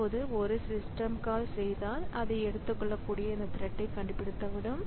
இப்போது ஒரு system call செய்தால் அதை எடுத்துக் கொள்ளக்கூடிய இந்த த்ரெட்டை கண்டுபிடித்துவிடும்